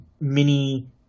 mini